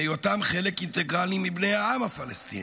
בהיותם חלק אינטגרלי מבני העם הפלסטיני.